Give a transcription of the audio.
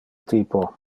typo